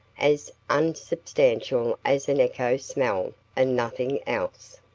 as unsubstantial as an echo smell, and nothing else.